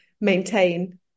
maintain